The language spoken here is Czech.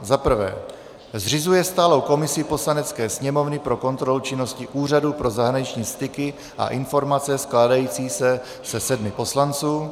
I. zřizuje stálou komisi Poslanecké sněmovny pro kontrolu činnosti Úřadu pro zahraniční styky a informace skládající se ze sedmi poslanců;